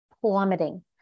plummeting